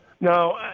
no